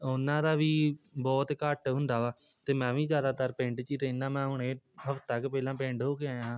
ਉਹਨਾਂ ਦਾ ਵੀ ਬਹੁਤ ਘੱਟ ਹੁੰਦਾ ਵਾ ਅਤੇ ਮੈਂ ਵੀ ਜ਼ਿਆਦਾਤਰ ਪਿੰਡ 'ਚ ਹੀ ਰਹਿੰਦਾ ਮੈਂ ਹੁਣੇ ਹਫਤਾ ਕੁ ਪਹਿਲਾਂ ਪਿੰਡ ਹੋ ਕੇ ਆਇਆ